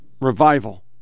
revival